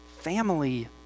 Family